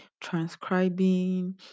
transcribing